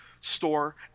store